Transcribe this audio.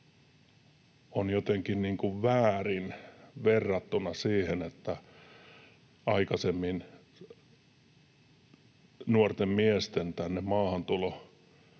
on jotenkin väärin verrattuna siihen, että aikaisemmin nuorten miesten maahantuloon